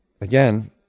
again